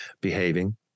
behaving